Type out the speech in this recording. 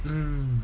um